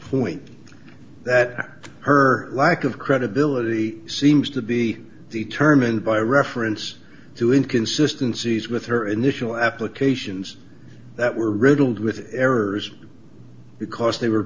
point that her lack of credibility seems to be determined by reference to inconsistency as with her initial applications that were riddled with errors because they were